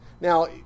Now